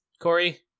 Corey